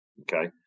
okay